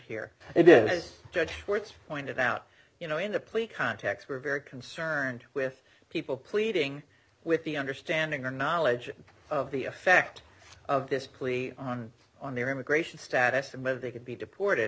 here it is judge sports pointed out you know in the plea context we're very concerned with people pleading with the understanding or knowledge of the effect of this plea on on their immigration status and whether they could be deported